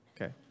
Okay